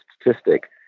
statistic